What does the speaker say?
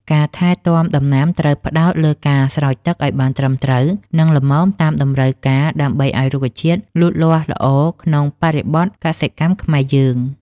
ការថែទាំដំណាំត្រូវផ្ដោតលើការស្រោចទឹកឱ្យបានត្រឹមត្រូវ និង ល្មមតាមតម្រូវការដើម្បីឱ្យរុក្ខជាតិលូតលាស់ល្អក្នុងបរិបទកសិកម្មខ្មែរយើង។